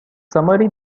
summary